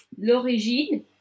L'Origine